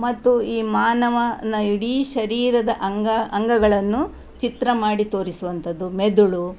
ಮತ್ತು ಈ ಮಾನವನ ಇಡೀ ಶರೀರದ ಅಂಗ ಅಂಗಗಳನ್ನು ಚಿತ್ರ ಮಾಡಿ ತೋರಿಸುವಂಥದ್ದು ಮೆದುಳು